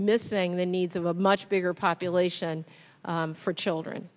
missing the needs of a much bigger population for children